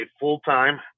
full-time